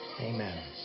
Amen